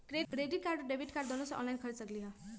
Credit card और debit card दोनों से ऑनलाइन खरीद सकली ह?